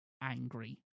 angry